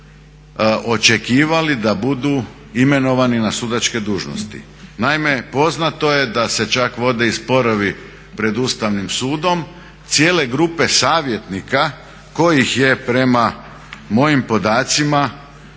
očekivali da budu imenovani na sudačke dužnosti. Naime, poznato je da se čak vode i sporovi pred Ustavnim sudom, cijele grupe savjetnika kojih je prema mojim podacima